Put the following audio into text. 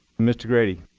mr. grady.